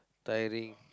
tiring